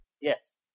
Yes